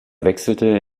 wechselte